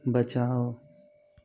बचाओ